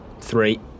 Three